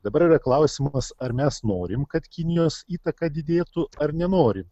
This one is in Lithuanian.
dabar yra klausimas ar mes norim kad kinijos įtaka didėtų ar nenorim